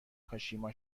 کاشیما